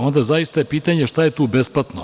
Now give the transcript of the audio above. Onda je zaista pitanje šta je tu besplatno?